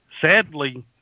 sadly